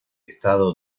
estado